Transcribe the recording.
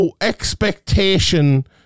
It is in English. expectation